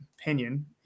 opinion